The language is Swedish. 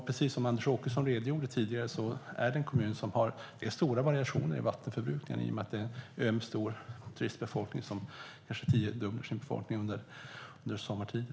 Precis som Anders Åkesson redogjorde för har man stora variationer i vattenförbrukningen i och med att ön kanske tiodubblar sin befolkning sommartid.